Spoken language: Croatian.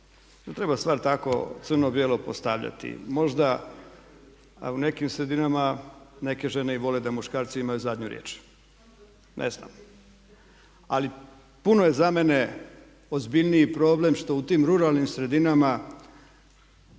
treba stvar tako crno bijelo postavljati. Možda a u nekim sredinama neke žene i vole da muškarci imaju zadnju riječ, ne znam. Ali puno je za mene ozbiljniji problem što u tim ruralnim sredinama